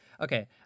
Okay